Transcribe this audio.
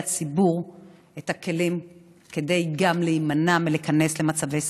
הציבור את הכלים גם כדי להימנע מלהיכנס למצבי סכנה.